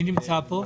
מי נמצא פה?